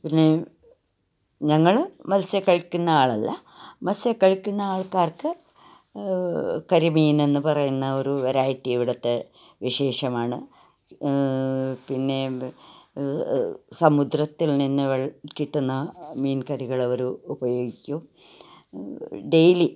പിന്നെ ഞങ്ങൾ മത്സ്യം കഴിക്കുന്ന ആളല്ല മത്സ്യം കഴിക്കുന്ന ആൾക്കാർക്ക് കരിമീനെന്നു പറയുന്ന ഒരു വെറൈറ്റി ഇവിടുത്തെ വിശേഷമാണ് പിന്നെ സമുദ്രത്തിൽ നിന്നു കിട്ടുന്ന മീൻകറികൾ അവർ ഉപയോഗിക്കും ഡെയിലി